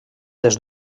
des